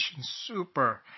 Super